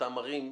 לאותן ערים.